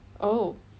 oh